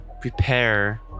prepare